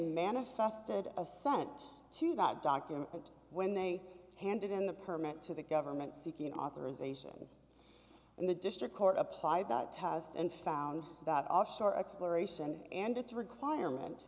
manifested assent to that document when they handed in the permit to the government seeking authorization and the district court applied that test and found that offshore exploration and its requirement